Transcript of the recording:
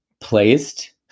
placed